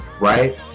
right